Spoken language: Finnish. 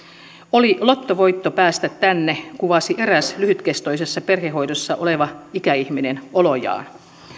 oli lottovoitto päästä tänne kuvasi eräs lyhytkestoisessa perhehoidossa oleva ikäihminen olojaan